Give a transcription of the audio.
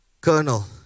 Colonel